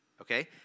okay